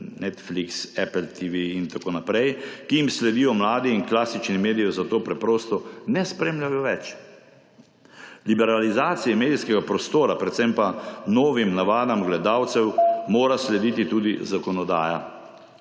Netflix, Apple TV in tako naprej, ki jim sledijo mladi in klasičnih medijev zato preprosto ne spremljajo več. Liberalizaciji medijskega prostora, predvsem pa novim navadam gledalcem mora slediti tudi zakonodaja.